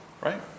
right